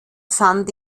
fand